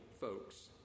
folks